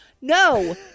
No